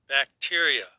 bacteria